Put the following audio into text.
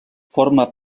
forma